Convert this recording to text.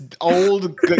old